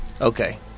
Okay